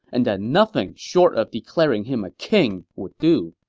and that nothing short of declaring him a king would do.